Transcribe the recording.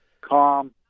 calm